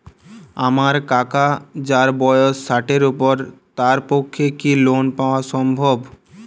আমার কাকা যাঁর বয়স ষাটের উপর তাঁর পক্ষে কি লোন পাওয়া সম্ভব?